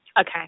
Okay